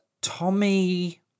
Tommy